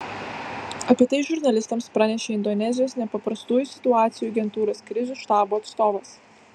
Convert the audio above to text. apie tai žurnalistams pranešė indonezijos nepaprastųjų situacijų agentūros krizių štabo atstovas